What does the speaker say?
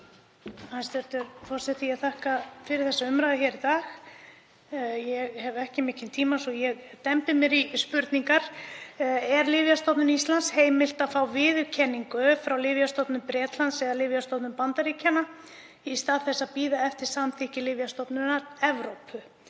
Hæstv. forseti. Ég þakka fyrir þessa umræðu hér í dag. Ég hef ekki mikinn tíma, svo ég dembdi mér í spurningarnar. Er Lyfjastofnun Íslands heimilt að fá viðurkenningu frá Lyfjastofnun Bretlands eða Lyfjastofnun Bandaríkjanna í stað þess að bíða eftir samþykki Lyfjastofnunar Evrópu?